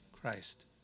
Christ